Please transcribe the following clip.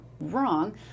wrong